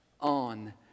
on